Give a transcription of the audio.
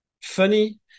funny